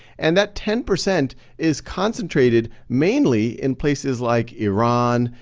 and that ten percent is concentrated mainly in places like iran,